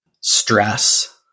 stress